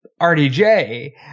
RDJ